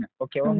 Okay